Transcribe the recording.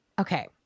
okay